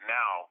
now